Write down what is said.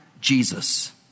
Jesus